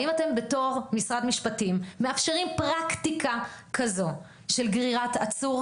האם אתם בתור משרד משפטים מאפשרים פרקטיקה כזאת של גרירת עצור,